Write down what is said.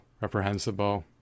reprehensible